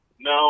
No